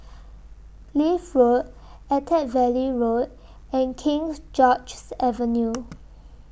Leith Road Attap Valley Road and King George's Avenue